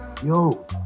yo